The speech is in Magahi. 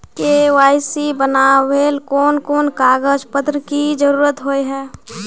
के.वाई.सी बनावेल कोन कोन कागज पत्र की जरूरत होय है?